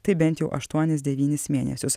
tai bent jau aštuonis devynis mėnesius